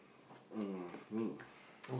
mm me